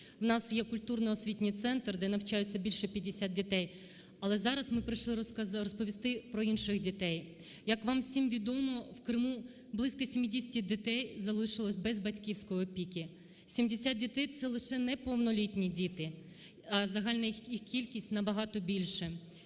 У нас є культурно-освітній центр, де навчаються більше 50 дітей, але зараз ми прийшли розповісти про інших дітей. Як вам всім відомо, в Криму близько 70 дітей залишилося без батьківської опіки, 70 дітей – це лише неповнолітні діти, а загальна їх кількість набагато більше.